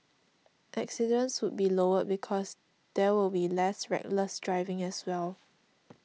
accidents would be lower because there will be less reckless driving as well